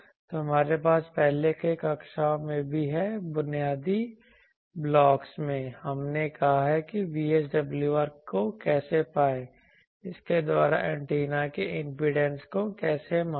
तो हमारे पास पहले के कक्षाओं में भी है बुनियादी भवन ब्लॉकों में हमने कहा है कि VSWR को कैसे मापें इसके द्वारा एंटीना के इम्पीडेंस को कैसे मापें